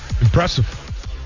Impressive